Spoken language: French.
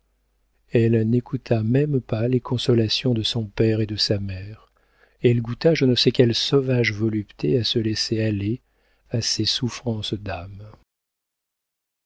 elle n'écouta même pas les consolations de son père et de sa mère elle goûta je ne sais quelle sauvage volupté à se laisser aller à ses souffrances d'âme